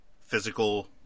physical